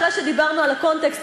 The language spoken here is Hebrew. אחרי שדיברנו על הקונטקסט,